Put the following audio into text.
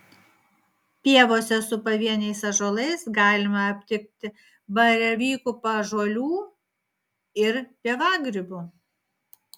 pievose su pavieniais ąžuolais galima aptikti baravykų paąžuolių ir pievagrybių